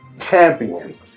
Champion